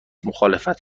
مخالفت